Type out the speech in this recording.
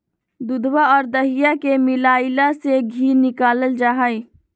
दूधवा और दहीया के मलईया से धी निकाल्ल जाहई